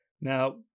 Now